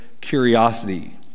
curiosity